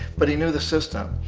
but he knew the system.